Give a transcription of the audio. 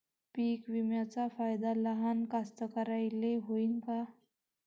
पीक विम्याचा फायदा लहान कास्तकाराइले होईन का?